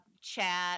chat